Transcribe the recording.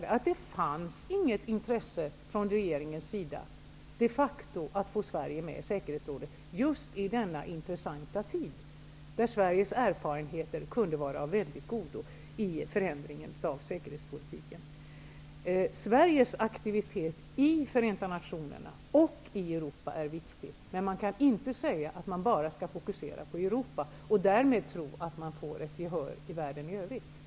Det fanns de facto inget intresse från regeringens sida för att få Sverige med i säkerhetsrådet just i denna intressanta tid. Sveriges erfarenheter hade kunnat vara av godo i förändringen av säkerhetspolitiken. Europa är viktiga, men man kan inte säga att man bara skall fokusera på Europa och därmed tro att man får gehör i världen i övrigt.